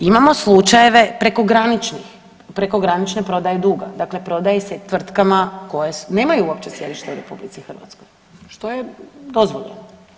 Imamo slučajeve prekogranične prodaje duga, dakle prodaje se tvrtkama koje nemaju uopće sjedište u RH, što je dozvoljeno.